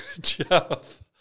Jeff